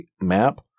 map